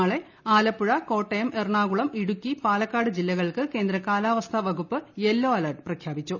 നാളെ ആലപ്പുഴ കോട്ടയം എറണാകുളം ഇടുക്കി പാലക്കാട് ജില്ലകൾക്ക് കേന്ദ്ര കാലാവസ്ഥാ വകുപ്പ് യെല്ലോ അലർട്ട് പ്രഖ്യാപിച്ചു